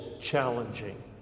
challenging